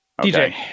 DJ